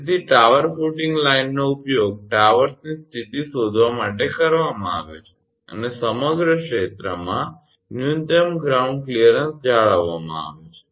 તેથી tower footing લાઇનનો ઉપયોગ ટાવર્સની સ્થિતિ શોધવા માટે કરવામાં આવે છે અને સમગ્ર ક્ષેત્રમાં ન્યૂનતમ ગ્રાઉન્ડ ક્લિયરન્સ જાળવવામાં આવે છે